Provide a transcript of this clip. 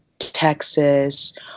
Texas